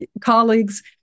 colleagues